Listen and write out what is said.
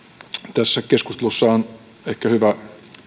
tässä keskustelussa on ehkä hyvä